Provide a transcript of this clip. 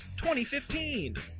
2015